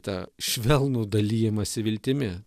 tą švelnų dalijimąsi viltimi